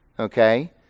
Okay